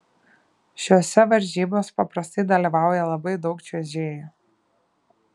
šiose varžybos paprastai dalyvauja labai daug čiuožėjų